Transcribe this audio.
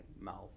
mouth